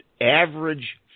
average